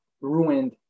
ruined